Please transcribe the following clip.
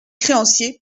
créanciers